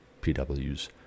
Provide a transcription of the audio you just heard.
PW's